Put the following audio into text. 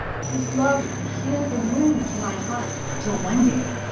whose love healed the wounds in my heart until one day,